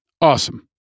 Awesome